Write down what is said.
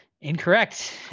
Incorrect